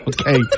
Okay